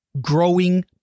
growing